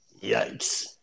Yikes